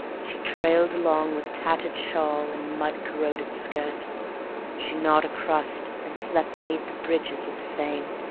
she trailed along with tattered shawl and mud-corroded skirt she gnawed a crust and slept beneath the bridges of the seine,